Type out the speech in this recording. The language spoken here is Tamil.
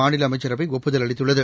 மாநில அமைச்சரவைஒப்புதல் அளித்துள்ளது